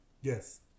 Yes